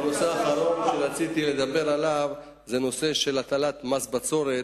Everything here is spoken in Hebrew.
הנושא האחרון שרציתי לדבר עליו הוא הנושא של הטלת מס בצורת.